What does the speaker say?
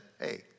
hey